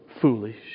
foolish